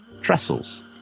trestles